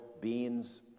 beans